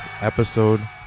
episode